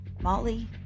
Molly